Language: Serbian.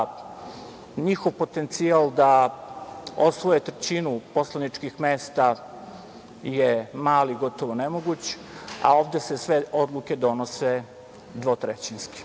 njihov potencijal da osvoje trećinu poslaničkih mesta je mali, gotovo nemoguć, a ovde se sve odluke donose dvotrećinski. Čak